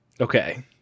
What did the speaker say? Okay